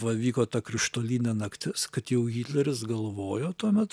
va vyko ta krištolinė naktis kad jau hitleris galvojo tuomet